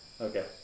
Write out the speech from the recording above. Okay